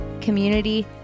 community